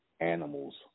animals